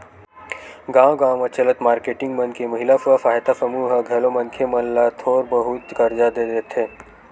गाँव गाँव म चलत मारकेटिंग मन के महिला स्व सहायता समूह ह घलो मनखे मन ल थोर बहुत करजा देथे